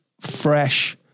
fresh